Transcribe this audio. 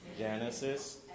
Genesis